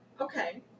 Okay